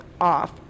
off